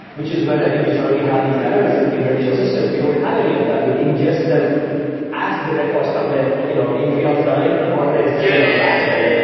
which is where i think you suddenly have these alerts in in traditional systems. we don't have any of that. we'll ingest them as the records come in you know in real-time and organize them in our backend.